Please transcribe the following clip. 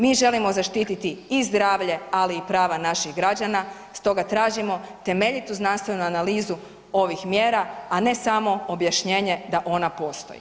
Mi želimo zaštititi i zdravlje, ali i prava naših građana, stoga tražimo temeljitu znanstvenu analizu ovih mjera, a ne samo objašnjenje da ona postoji.